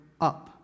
up